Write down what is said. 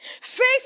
Faith